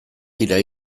dira